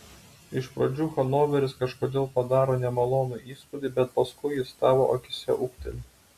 iš pradžių hanoveris kažkodėl padaro nemalonų įspūdį bet paskui jis tavo akyse ūgteli